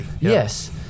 yes